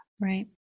Right